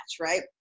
right